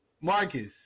Marcus